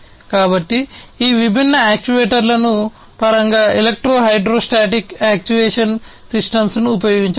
కాబట్టి ఈ విభిన్న యాక్యుయేటర్లను పరంగా ఎలక్ట్రో హైడ్రోస్టాటిక్ యాక్చుయేషన్ సిస్టమ్ను ఉపయోగించవచ్చు